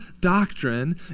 doctrine